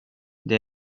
det